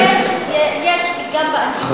יש פתגם בערבית,